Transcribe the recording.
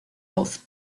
hoz